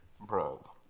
Bro